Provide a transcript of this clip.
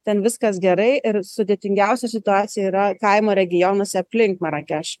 ten viskas gerai ir sudėtingiausia situacija yra kaimo regionuose aplink marakešą